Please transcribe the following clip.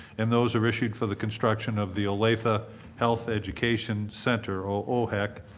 and those are issued for the construction of the olathe health education center, or ohec.